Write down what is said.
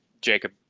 Jacob